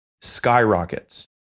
skyrockets